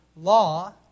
law